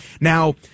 Now